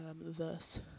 thus